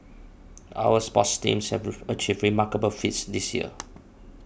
our sports teams have achieved remarkable feats this year